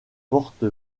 porte